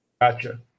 Gotcha